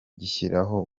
gushyiraho